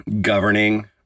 governing